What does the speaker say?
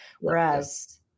Whereas